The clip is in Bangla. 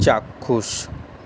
চাক্ষুষ